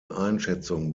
einschätzung